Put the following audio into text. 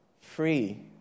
free